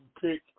pick